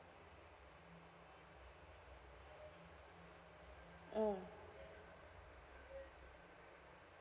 mm